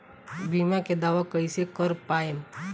बीमा के दावा कईसे कर पाएम?